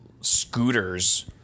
scooters